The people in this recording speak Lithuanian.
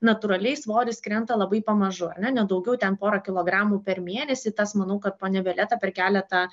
natūraliai svoris krenta labai pamažu ar ne daugiau ten pora kilogramų per mėnesį tas manau kad ponia violeta per keletą